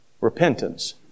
repentance